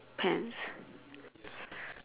pants